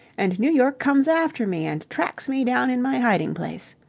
and new york comes after me and tracks me down in my hiding-place.